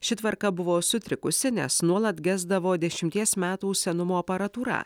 ši tvarka buvo sutrikusi nes nuolat gesdavo dešimties metų senumo aparatūra